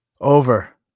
Over